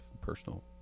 personal